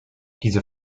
diese